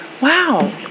wow